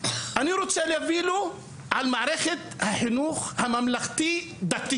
אני רוצה להביא לו על מערכת החינוך הממלכתי-דתי.